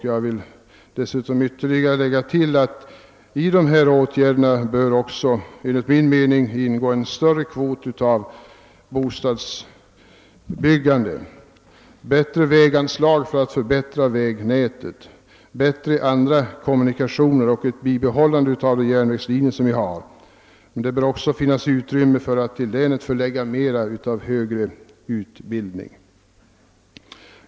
Jag vill understryka detta och tilllägga, att i dessa åtgärder bör enligt min mening även ingå en större kvot av bostadsbyggande, bättre väganslag för att förbättra vägnätet, bättre andra kommunikationer och ett vidhållande av de järnvägslinjer som vi har. Men det bör också finnas utrymme för att till länet förlägga mera av högre utbildning.